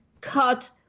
cut